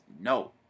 No